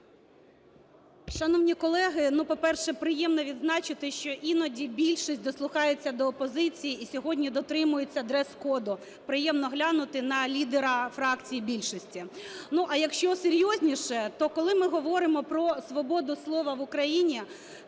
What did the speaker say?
Шановні колеги, по-перше, приємно відзначити, що іноді більшість дослухається до опозиції і сьогодні дотримується дрес-коду, приємно глянути на лідера фракції більшості. А якщо серйозніше, то, коли ми говоримо про свободу слова в Україні,